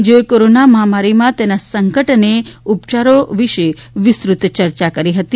જેઓએ કોરોના મહામારીમં તેના સંકટ અને ઉપયારો વિશે વિસ્તૃત ચર્ચા કરી હતી